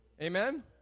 Amen